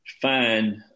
find